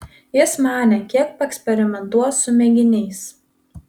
jis manė kiek paeksperimentuos su mėginiais